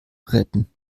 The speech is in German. retten